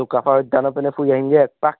চুকাফা উদ্যানৰ পিনে ফুৰি আহিমগৈ এক পাক